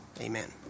Amen